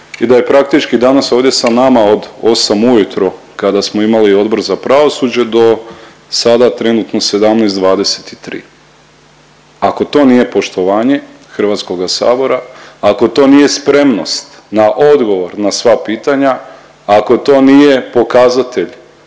i da je praktički danas ovdje sa nama od osam ujutro kada smo imali Odbor za pravosuđe do sada trenutno 17,23. Ako to nije poštovanje HS-a, ako to nije spremnost na odgovor na sva pitanja, ako to nije pokazatelj